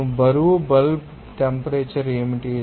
మేము బరువు bulb temperature ఏమిటి